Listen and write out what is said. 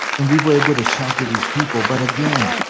and we were able to shelter these people. but again,